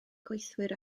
gweithiwr